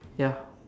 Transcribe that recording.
ya